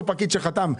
אותו פקיד שחתם,